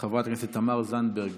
חברת הכנסת תמר זנדברג,